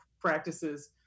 practices